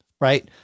Right